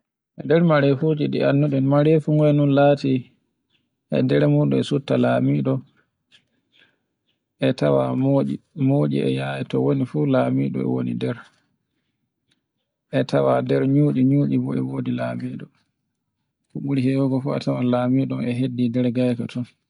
E nder marefuji ɗi annduɗen, marefuwel lati e nder muɗum e sufta lamiɗo, e tawa motci. Motci e yaye to woni fu lamiɗo e woni nder. E tawa nde nyucci, nyucci bo e wodi lamiɗo. Ko ɓuri hewugo fu a tawan lamiɗon e heddi nder gefe ton